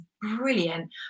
brilliant